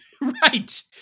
right